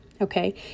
Okay